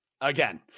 again